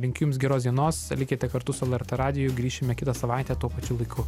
linkiu jums geros dienos likite kartu su lrt radiju grįšime kitą savaitę tuo pačiu laiku